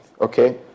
Okay